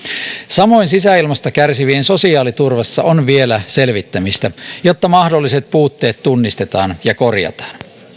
samoin sisäilmasta kärsivien sosiaaliturvassa on vielä selvittämistä jotta mahdolliset puutteet tunnistetaan ja korjataan